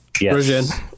yes